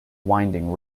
winding